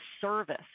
service